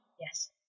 yes